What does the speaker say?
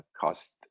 cost